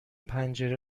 پنجره